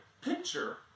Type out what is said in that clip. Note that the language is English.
picture